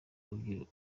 umubyibuho